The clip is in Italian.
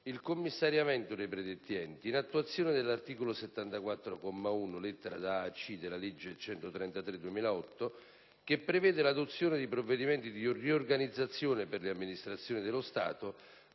il commissariamento dei predetti enti, in attuazione dell'articolo 74, comma 1, lettere da *a)* a *c)* della legge n. 133 del 2008, che prevede l'adozione di provvedimenti di riorganizzazione per le amministrazioni dello Stato,